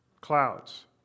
Clouds